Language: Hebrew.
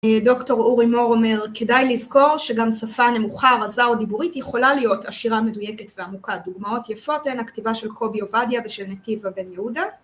דוקטור אורי מור אומר, כדאי לזכור שגם שפה נמוכה, רזה או דיבורית יכולה להיות עשירה מדויקת ועמוקה, דוגמאות יפות הן הכתיבה של קובי עובדיה ושל נתיבה בן יהודה.